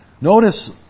Notice